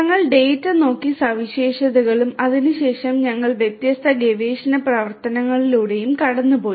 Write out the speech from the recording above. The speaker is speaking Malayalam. ഞങ്ങൾ ഡാറ്റ നോക്കി സവിശേഷതകളും അതിനുശേഷം ഞങ്ങൾ വ്യത്യസ്ത ഗവേഷണ പ്രവർത്തനങ്ങളിലൂടെ കടന്നുപോയി